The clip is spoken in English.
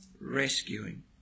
rescuing